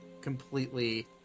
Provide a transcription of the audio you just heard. completely